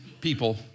people